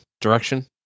direction